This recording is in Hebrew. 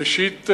ראשית,